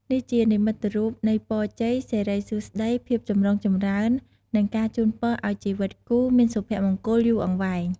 នេះជានិមិត្តរូបនៃ ពរជ័យ សិរីសួស្តី ភាពចម្រុងចម្រើន និងការជូនពរឱ្យជីវិតគូមានសុភមង្គលយូរអង្វែង។